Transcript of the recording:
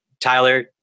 Tyler